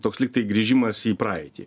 toks lyg grįžimas į praeitį